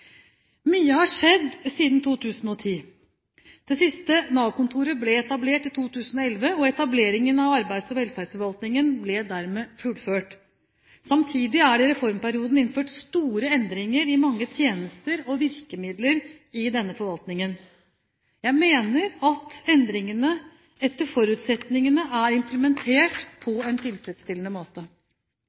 Mye har skjedd siden 2010. Det siste Nav-kontoret ble etablert i 2011, og etableringen av arbeids- og velferdsforvaltningen ble dermed fullført. Samtidig er det i reformperioden innført store endringer i mange tjenester og virkemidler i denne forvaltningen. Jeg mener at endringene etter forutsetningene er implementert på en tilfredsstillende måte.